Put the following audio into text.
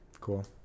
Cool